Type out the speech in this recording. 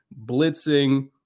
blitzing